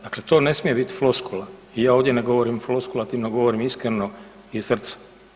Dakle, to ne smije biti floskula i ja ovdje ne govorim floskulativno, govorim iskreno iz srca.